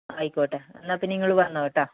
ആയിക്കോട്ടെ എന്നാൽ പിന്നെ നിങ്ങൾ വന്നോ കെട്ടോ